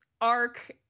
arc